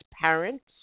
parents